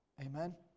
Amen